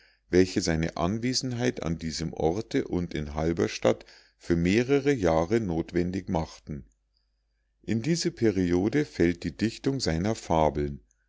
welche seine anwesenheit an diesem orte und in halberstadt für mehre jahre nothwendig machten in diese periode fällt die dichtung seiner fabeln